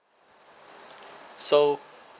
so